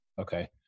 Okay